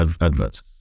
adverts